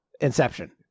inception